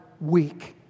week